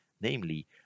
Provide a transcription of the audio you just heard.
namely